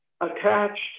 attached